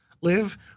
live